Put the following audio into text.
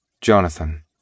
Jonathan